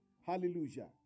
Hallelujah